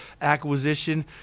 acquisition